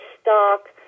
stock